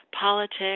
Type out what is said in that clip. politics